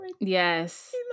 Yes